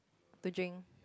to drink